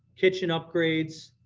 kitchen upgrades.